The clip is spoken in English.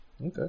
Okay